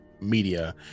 media